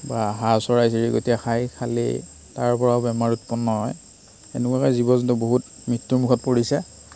বা হাঁহ চৰাই চিৰিকটিয়ে খায় খালি তাৰ পৰাও বেমাৰ উৎপন্ন হয় তেনেকুৱাকে জীৱ জন্তু বহুত মৃত্য়ুমুখত পৰিছে